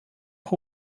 who